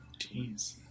Jeez